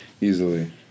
Easily